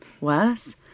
worse